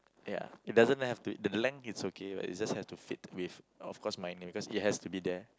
ya it doesn't have to the length is okay but it just have to fit with of course my name cause it has to be there